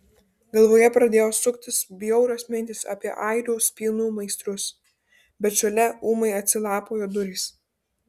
galvoje pradėjo suktis bjaurios mintys apie airių spynų meistrus bet šalia ūmai atsilapojo durys